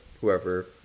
whoever